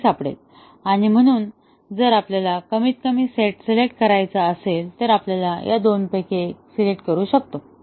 हि सापडेल आणि म्हणून जर आपल्याला मिनिमल सेट सिलेक्ट करायचा असेल तर आपण या दोनपैकी एक सिलेक्ट करू शकतो